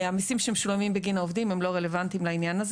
המיסים שמשולמים בגין העובדים הם לא רלוונטיים לעניין הזה